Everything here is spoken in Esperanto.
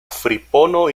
fripono